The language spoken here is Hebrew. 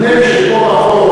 אבל יש לו,